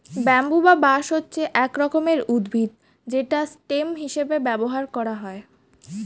bamboo বা বাঁশ হচ্ছে এক রকমের উদ্ভিদ যেটা স্টেম হিসেবে ব্যবহার করা হয়